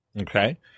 Okay